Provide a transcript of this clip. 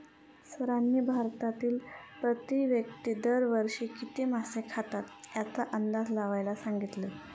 सरांनी भारतातील प्रति व्यक्ती दर वर्षी किती मासे खातात याचा अंदाज लावायला सांगितले?